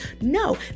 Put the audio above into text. no